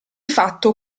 fatto